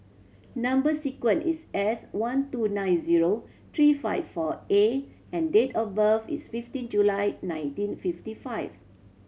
number sequence is S one two nine zero three five four A and date of birth is fifteen July nineteen fifty five